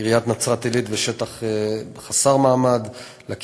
עיריית נצרת-עילית ושטח חסר מעמד מוניציפלי,